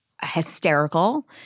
hysterical